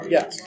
Yes